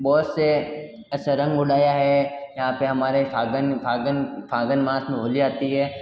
बहुत से ऐसे रंग उड़ाया है यहाँ पे हमारे फागण फागण मास में होली आती है